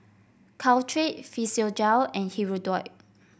Caltrate Physiogel and Hirudoid